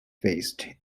faced